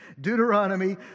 Deuteronomy